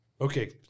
Okay